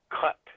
cut